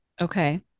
Okay